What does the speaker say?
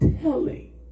telling